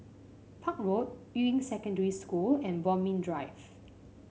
Park Road Yuying Secondary School and Bodmin Drive